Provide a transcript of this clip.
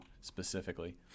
specifically